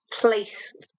place